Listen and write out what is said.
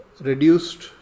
reduced